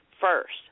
first